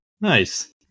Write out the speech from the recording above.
Nice